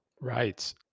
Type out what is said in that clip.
Right